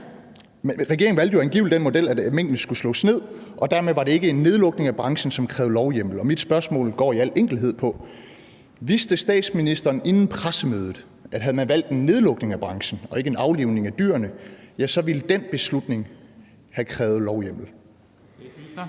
Regeringen valgte jo angiveligt den model, at minkene skulle slås ned, og dermed var der ikke tale om en nedlukning af branchen, hvilket ville have krævet lovhjemmel. Mit spørgsmål går i al enkelhed på: Vidste statsministeren inden pressemødet, at havde man valgt en nedlukning af branchen og ikke en aflivning af dyrene, så ville den beslutning have krævet lovhjemmel?